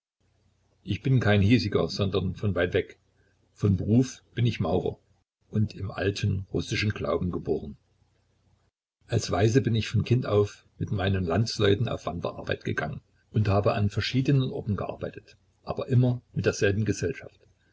ich bin kein hiesiger sondern von weit weg von beruf bin ich maurer und im alten russischen glauben geboren als waise bin ich von kind auf mit meinen landsleuten auf wanderarbeit gegangen und habe an verschiedenen orten gearbeitet aber immer mit derselben gesellschaft